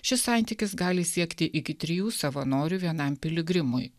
šis santykis gali siekti iki trijų savanorių vienam piligrimui